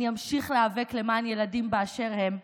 ואני אמשיך להיאבק למען ילדים באשר הם.